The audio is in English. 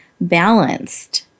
Balanced